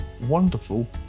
wonderful